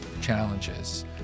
challenges